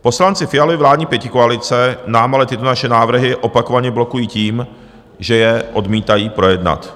Poslanci Fialovy vládní pětikoalice nám ale tyto naše návrhy opakovaně blokují tím, že je odmítají projednat.